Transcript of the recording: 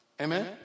Amen